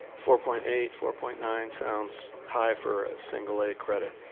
four point eight four point nine sounds high for a single a credit